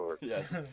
Yes